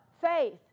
faith